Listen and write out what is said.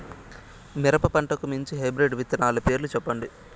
మిరప పంటకు మంచి హైబ్రిడ్ విత్తనాలు పేర్లు సెప్పండి?